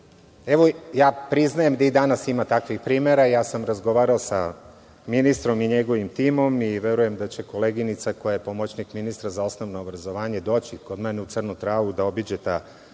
ja priznajem da i danas ima takvih primera. Razgovarao sam sa ministrom i njegovim timom i verujem da će koleginica koja je pomoćnik ministra za osnovno obrazovanje doći kod mene u Crnu Travu da obiđe ta sela